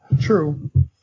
True